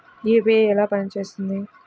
UPI ఎలా పనిచేస్తుంది?